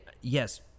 yes